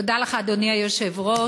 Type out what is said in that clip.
תודה לך, אדוני היושב-ראש.